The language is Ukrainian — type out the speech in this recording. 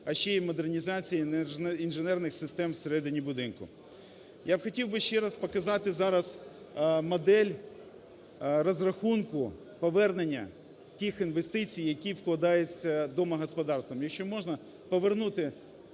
а ще й модернізації інженерних систем всередині будинку. Я б хотів би ще раз показати зараз модель розрахунку повернення тих інвестицій, які вкладаються домогосподарствами. Якщо можна, повернути